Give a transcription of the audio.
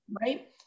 Right